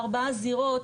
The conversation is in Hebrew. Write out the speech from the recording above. בארבע זירות,